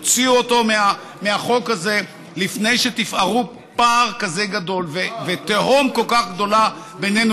תוציאו אותו מהחוק הזה לפני שתפערו פער כזה גדול ותהום כל כך גדולה בינינו